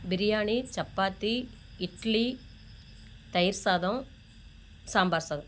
பிரியாணி சப்பாத்தி இட்லி தயிர் சாதம் சாம்பார் சாதம்